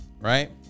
Right